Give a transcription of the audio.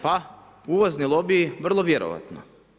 Pa uvozni lobiji, vrlo vjerojatno.